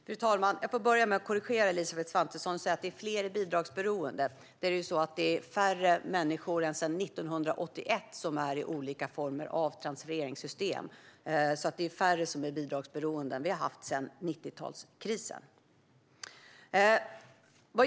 Fru talman! Jag måste börja med att korrigera Elisabeth Svantesson som sa att fler är bidragsberoende. Sedan 1981 befinner sig färre människor i olika former av transfereringssystem. Vi har färre som är bidragsberoende nu än vad vi har haft sedan 90-talskrisen.